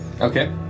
Okay